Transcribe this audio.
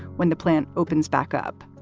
when the plant opens backup.